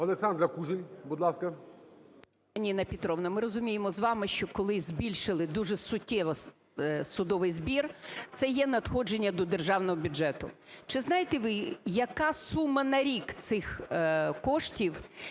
Олександра Кужель, будь ласка.